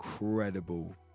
incredible